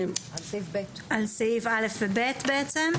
על סעיף (א) ו-(ב) בעצם?